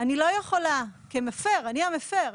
אני לא יכולה כמפר - אני המפר,